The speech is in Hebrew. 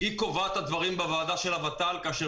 היא זאת שקובעת את הדברים בוועדה של הות"ל כאשר